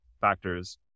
factors